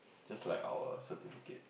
just like our certificates